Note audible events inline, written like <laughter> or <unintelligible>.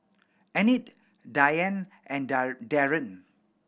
Enid Dianne and <unintelligible> Daryn